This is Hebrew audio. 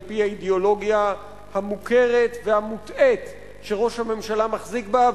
על-פי האידיאולוגיה המוכרת והמוטעית שראש הממשלה מחזיק בה,